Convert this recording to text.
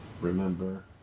remember